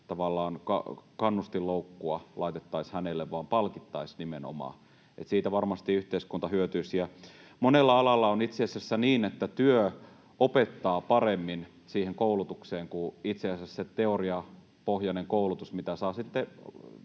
kannustinloukkua laittaisi hänelle vaan palkitsisimme nimenomaan. Että siitä varmasti yhteiskunta hyötyisi. Monella alalla on itse asiassa niin, että työ opettaa paremmin siihen koulutukseen kuin itse asiassa se teoriapohjainen koulutus,